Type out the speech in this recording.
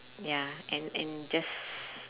ya and and just